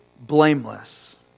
blameless